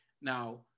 Now